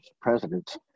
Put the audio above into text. presidents